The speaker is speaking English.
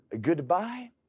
Goodbye